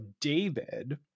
David